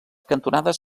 cantonades